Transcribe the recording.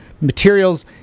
materials